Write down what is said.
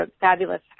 fabulous